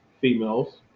females